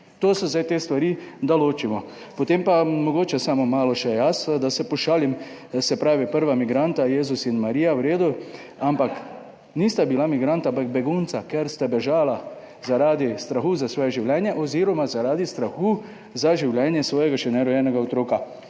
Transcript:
To so zdaj te stvari, da ločimo. Potem pa, mogoče samo malo še jaz da se pošalim. Se pravi, prva migranta, Jezus in Marija, v redu, ampak **72. TRAK: (TB) – 18.55** (nadaljevanje) nista bila migranta ampak begunca, ker sta bežala zaradi strahu za svoje življenje oziroma zaradi strahu za življenje svojega še nerojenega otroka.